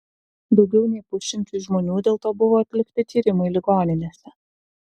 daugiau nei pusšimčiui žmonių dėl to buvo atlikti tyrimai ligoninėse